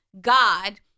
God